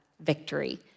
victory